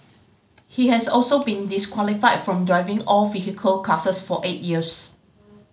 he has also been disqualified from driving all vehicle classes for eight years